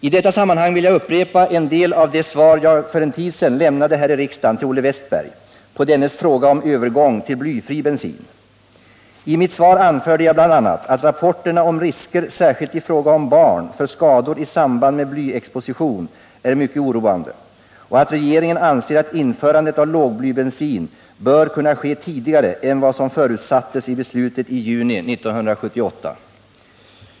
I detta sammanhang vill jag upprepa en del av det svar jag för en tid sedan lämnade här i riksdagen till Olle Wästberg på dennes fråga om övergång till blyfri bensin. I mitt svar anförde jag bl.a. att rapporterna om risker särskilt i fråga om barn för skador i samband med blyexposition är mycket oroande och att regeringen anser att införandet av lågblybensin bör kunna ske tidigare än vad som förutsattes i beslutet i juni 1978.